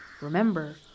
Remember